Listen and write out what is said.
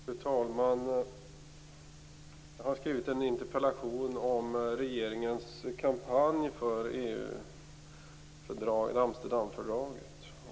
Fru talman! Jag har framställt en interpellation om regeringens kampanj för Amsterdamfördraget.